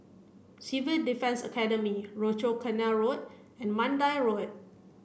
Civil Defence Academy Rochor Canal Road and Mandai Road